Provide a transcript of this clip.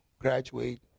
graduate